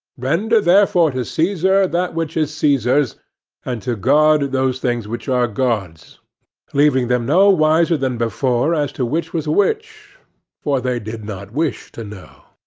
render therefore to caesar that which is caesar's and to god those things which are god's leaving them no wiser than before as to which was which for they did not wish to know.